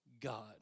God